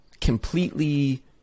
completely